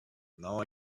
now